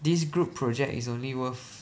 this group project is only worth